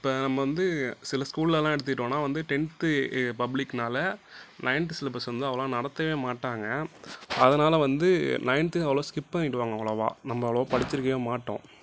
இப்போ நம்ம வந்து சில ஸ்கூல்லலாம் எடுத்துக்கிட்டோம்னா வந்து டென்த் பப்ளிக்னால நயன்த் சிலபஸ் வந்து அவ்வளவா நடத்தவே மாட்டாங்க அதனால் வந்து நயன்த் அவ்வளவா ஸ்கிப் பண்ணிடுவாங்க அவ்வளவா நம்ம அவ்வளவா படிச்சிருக்கவே மாட்டோம்